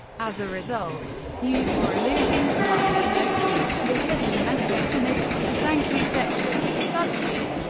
as a result, use your illusion's liner notes featured a hidden message amidst the thank you section fuck you,